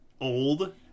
old